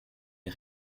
est